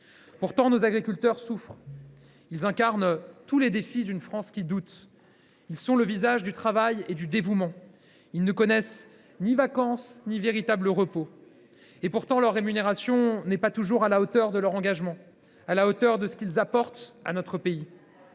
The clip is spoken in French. Pourtant, nos agriculteurs souffrent. Ils incarnent tous les défis d’une France qui doute. Ils sont le visage du travail et du dévouement. Ils ne connaissent ni vacances ni véritable repos. Et pourtant, leur rémunération n’est pas toujours à la hauteur de leur engagement, à la hauteur de ce qu’ils apportent à notre pays.